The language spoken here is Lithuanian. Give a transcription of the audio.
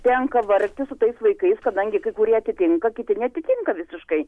tenka vargti su tais vaikais kadangi kai kurie atitinka kiti neatitinka visiškai